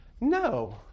No